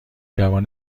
جوان